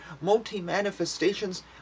multi-manifestations